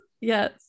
yes